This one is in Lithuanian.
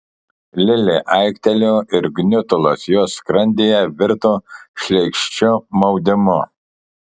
lilė aiktelėjo ir gniutulas jos skrandyje virto šleikščiu maudimu